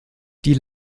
die